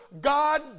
God